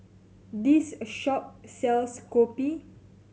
this shop sells kopi